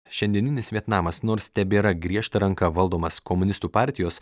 šiandieninis vietnamas nors tebėra griežta ranka valdomas komunistų partijos